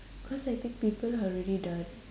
cause I think people are already done